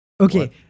okay